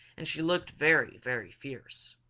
and she looked very, very fierce.